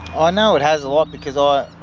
i know it has a lot because um ah